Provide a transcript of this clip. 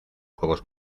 juegos